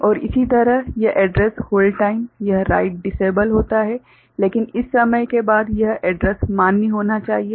और इसी तरह यह एड्रैस होल्ड टाइम यह राइट डिसेबल्स होता है लेकिन इस समय के बाद यह एड्रैस मान्य होना चाहिए